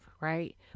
right